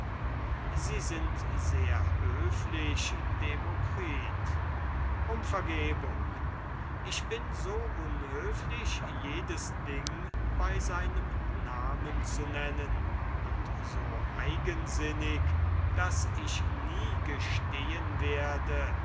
sie sind sehr höflich demokritus um vergebung ich bin so unhöflich jedes ding bei seinem namen zu nennen und so eigensinnig daß ich nie gestehen werde